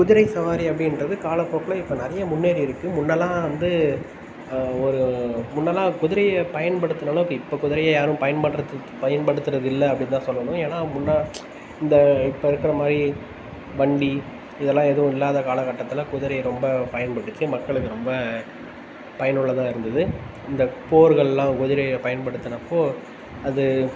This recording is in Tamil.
குதிரை சவாரி அப்படின்றது காலபோக்கில் இப்போ நிறைய முன்னேறி இருக்கு முன்னல்லாம் வந்து ஒரு முன்னல்லாம் குதிரையை பயன்படுத்தின அளவுக்கு இப்போ குதிரையை யாரும் பயன்படுத்து பயன்படுத்துகிறது இல்லை அப்படின்னு தான் சொல்லணும் ஏன்னா முன்ன இந்த இப்போ இருக்கிற மாதிரி வண்டி இதெல்லாம் எதுவும் இல்லாத காலக்கட்டத்தில் குதிரையை ரொம்ப பயன்படுத்தி மக்களுக்கு ரொம்ப பயனுள்ளதாக இருந்தது இந்த போர்கள் எல்லாம் குதிரையை பயன்படுத்தினப்போ அது